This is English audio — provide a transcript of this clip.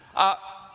ah,